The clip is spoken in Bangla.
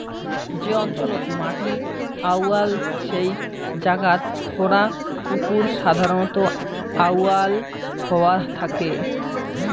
যে অঞ্চলত মাটি আউয়াল সেই জাগাত খোঁড়া পুকুর সাধারণত আউয়াল হয়া থাকে